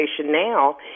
now